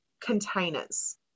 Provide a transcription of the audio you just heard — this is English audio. containers